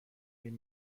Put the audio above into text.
این